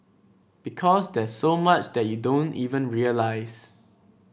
because there's so much you don't even realise